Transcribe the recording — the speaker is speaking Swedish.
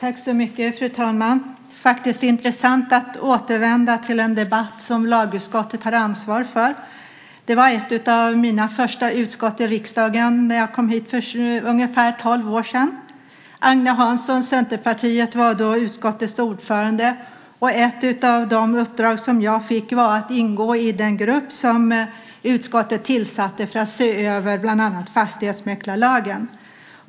Fru talman! Det är intressant att återvända till en debatt som lagutskottet har ansvar för. Det var ett av mina första utskott i riksdagen när jag kom hit för ungefär tolv år sedan. Agne Hansson från Centerpartiet var då utskottets ordförande. Ett av de uppdrag som jag fick var att ingå i den grupp som utskottet tillsatte för att bland annat se över fastighetsmäklarlagen.